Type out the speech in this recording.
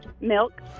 Milk